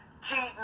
cheating